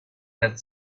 that